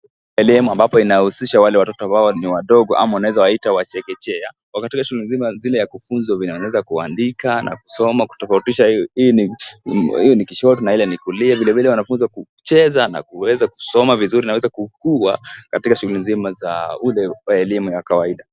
Elimu ambayo inahusisha wale watoto ambao ni wadogo, wanaeza waita wa chekechea, wako katika shuguli nzima ya kufunzwa vile wanaweza kuandika, na kusoma lutofautisha hii ni, kushoto na ile ni kulia, vile vule wanafunzwa ku, cheza na kuweza lusoma vizuri na kuweza ku, kuwa katika shuguli nzima za ule elimu ya kawaida.